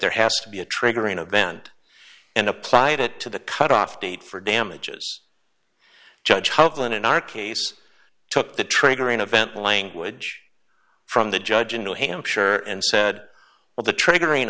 there has to be a triggering event and applied it to the cutoff date for damages judge hudson in our case took the triggering event language from the judge in new hampshire and said what the triggering